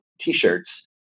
T-shirts